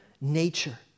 nature